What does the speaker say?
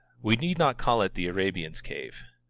we need not call it the arabian's cave.